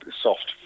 soft